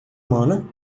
humana